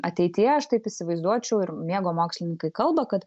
ateityje aš taip įsivaizduočiau ir miego mokslininkai kalba kad